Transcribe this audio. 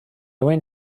went